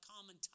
common